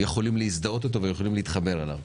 יכולים להזדהות אתו ויכולים להתחבר אליו.